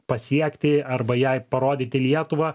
pasiekti arba jai parodyti lietuvą